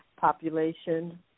population